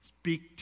speak